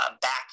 back